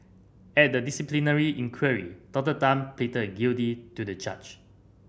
at the disciplinary inquiry Doctor Tan pleaded guilty to the charge